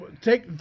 take